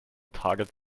target